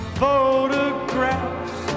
photographs